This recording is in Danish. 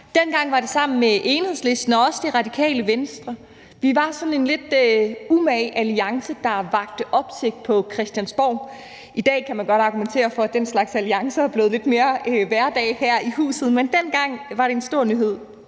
Dengang var det sammen med Enhedslisten og Radikale Venstre. Vi var en lidt umage alliance, der vakte opsigt på Christiansborg. I dag kan man godt argumentere for, at den slags alliancer er blevet lidt mere hverdag her i huset, men dengang var det en stor nyhed.